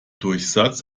durchsatz